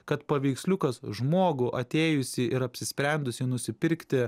kad paveiksliukas žmogų atėjusį ir apsisprendusį nusipirkti